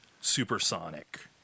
Supersonic